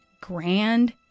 Grand